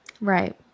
Right